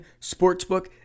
sportsbook